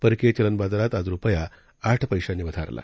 परकीय चलन बाजारात आज रुपया आठ पैशांनी वधारला